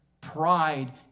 pride